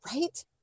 Right